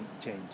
change